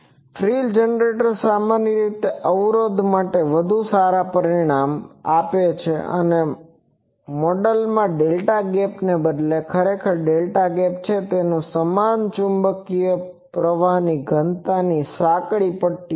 ફ્રિલ generator સામાન્ય રીતે અવરોધ માટે વધુ સારા પરિણામ આપે છે અને આ મોડેલમાં ડેલ્ટા ગેપને બદલે ખરેખર ડેલ્ટા ગેપ છે તે સમાન ચુંબકીય પ્રવાહ ઘનતાની સાંકડી પટ્ટીઓ છે